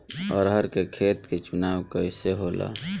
अरहर के खेत के चुनाव कइसे होला?